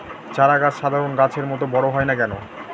চারা গাছ সাধারণ গাছের মত বড় হয় না কেনো?